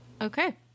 Okay